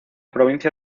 provincia